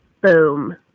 Boom